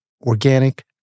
Organic